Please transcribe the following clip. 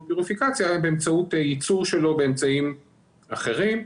רפיקציה אלא באמצעות ייצור שלו באמצעים אחרים.